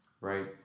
right